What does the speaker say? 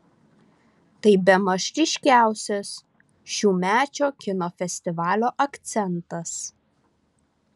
tai bemaž ryškiausias šiųmečio kino festivalio akcentas